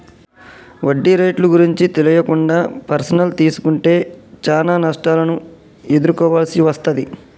వడ్డీ రేట్లు గురించి తెలియకుండా పర్సనల్ తీసుకుంటే చానా నష్టాలను ఎదుర్కోవాల్సి వస్తది